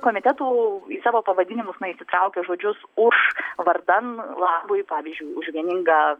komitetų į savo pavadinimus na įsitraukė žodžius už vardan labui pavyzdžiui už vieningą